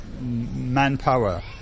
manpower